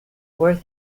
work